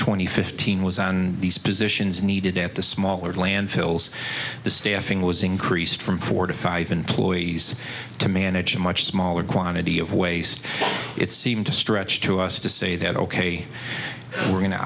and fifteen was on these positions needed at the smaller landfills the staffing was increased from four to five employees to manage a much smaller quantity of waste it seemed to stretch to us to say that ok we're going to